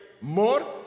More